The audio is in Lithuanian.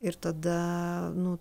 ir tada nu